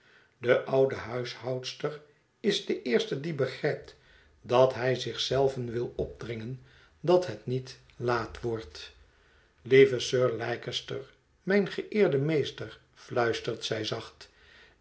de oude huishoudster is de eerste die begrijpt dat hij zich zelven wil opdringen dat bet niet laat wordt lieve sir leicester mijn geëerde meester fluistert zij zacht